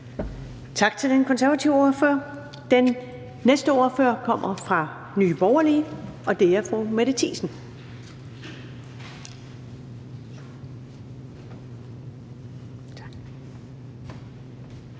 Tak til den konservative ordfører. Den næste ordfører kommer fra Nye Borgerlige, og det er fru Mette Thiesen.